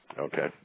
Okay